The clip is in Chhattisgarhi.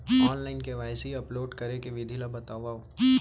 ऑनलाइन के.वाई.सी अपलोड करे के विधि ला बतावव?